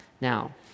Now